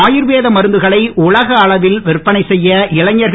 ஆயுர்வேத மருந்துகளை உலக அளவில் விற்பனை செய்ய இளைஞர்கள்